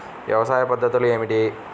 వ్యవసాయ పద్ధతులు ఏమిటి?